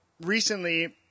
recently